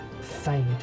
fade